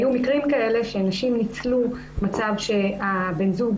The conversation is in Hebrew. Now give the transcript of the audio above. היו מקרים כאלה שנשים ניצלו מצב שבן הזוג,